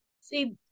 See